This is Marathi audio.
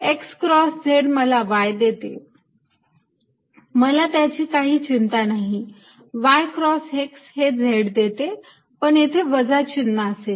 X क्रॉस z मला y देते मला त्याची काही चिंता नाही y क्रॉस x हे z देते पण येथे वजा चिन्ह असेल